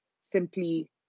simply